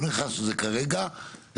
אני אומר לך שזה כרגע בעניין.